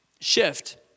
shift